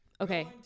okay